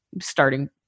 starting